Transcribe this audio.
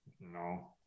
No